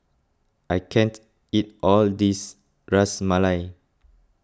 I can't eat all of this Ras Malai